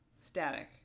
Static